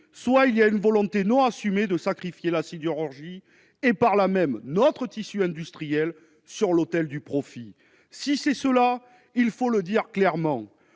soit il y a une volonté non assumée de sacrifier la sidérurgie et, par là même, notre tissu industriel, sur l'autel du profit. Si c'est cela, il faut le dire clairement